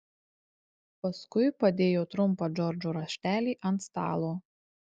paskui padėjo trumpą džordžo raštelį ant stalo